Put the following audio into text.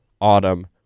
autumn